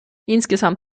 insgesamt